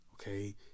okay